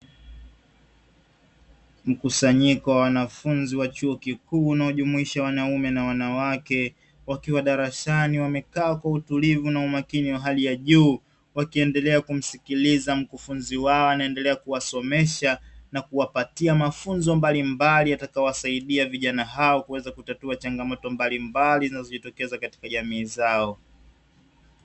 Mkusanyiko wa wanafunzi wa chuo kikuu unaojumuisha wanaume na wanawake, wakiwa darasani wamekaa kwa utulivu na umakini wa hali ya juu, wakiendelea kumsikiliza mkufunzi wao anaendelea kuwasomesha na kuwapatia mafunzo mbalimbali yatakayo wasaidia vijana hao kuweza kutatua changamoto mbalimbali zinazojitokeza katika jamii zao.